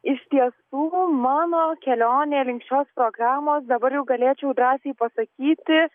iš tiesų mano kelionė link šios programos dabar jau galėčiau drąsiai pasakyti